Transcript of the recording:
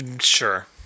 sure